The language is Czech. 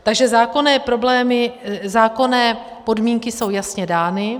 Takže zákonné problémy, zákonné podmínky jsou jasně dány.